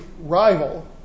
rival